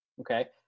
okay